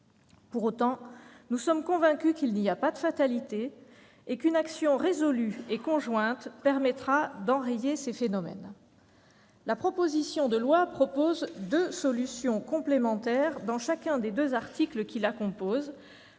Pour autant, nous sommes convaincus qu'il n'y a pas de fatalité et qu'une action résolue et conjointe permettra d'enrayer ce phénomène. La proposition de loi contient deux solutions complémentaires à chacun de ses deux premiers articles,